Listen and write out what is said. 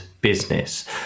business